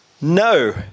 No